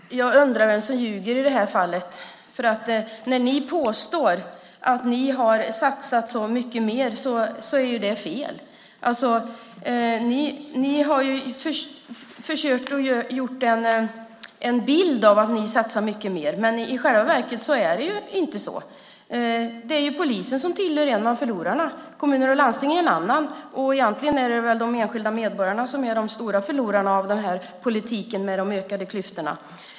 Herr talman! Jag undrar vem som ljuger i det här fallet. När ni påstår att ni har satsat så mycket mer har ni fel. Ni har försökt ge en bild av att ni satsar mycket mer. Men i själva verket är det inte så. Polisen tillhör förlorarna. Kommuner och landsting är en annan, och egentligen är det väl de enskilda medborgarna som är de stora förlorarna i den här politiken med de ökade klyftorna.